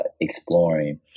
exploring